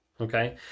Okay